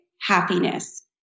happiness